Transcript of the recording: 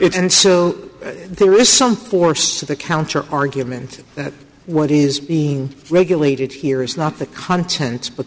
and so there is some force to the counter argument that when he's being regulated here is not the contents but the